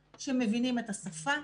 אנחנו לא עוסקים בזירה ישראלית,